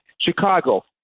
chicago